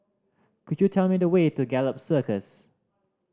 could you tell me the way to Gallop Circus